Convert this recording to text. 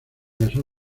casó